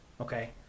Okay